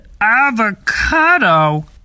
avocado